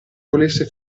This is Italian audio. volesse